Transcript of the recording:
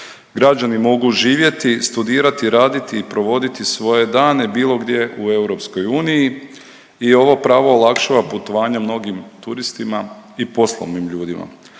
Građani mogu živjeti, studirati, raditi i provoditi svoje dane bilo gdje u EU i ovo pravo olakšava putovanje mnogim turistima i poslovnim ljudima.